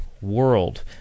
world